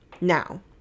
now